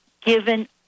given